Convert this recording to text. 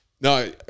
No